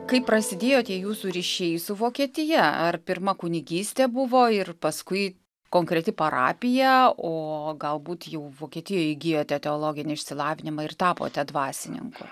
kaip prasidėjo tie jūsų ryšiai su vokietija ar pirma kunigystė buvo ir paskui konkreti parapija o galbūt jau vokietijoje įgijote teologinį išsilavinimą ir tapote dvasininku